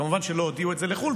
כמובן שלא הודיעו את זה לחו"ל,